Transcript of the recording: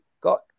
got